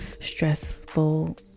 stressful